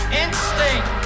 instinct